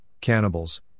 cannibals